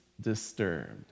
disturbed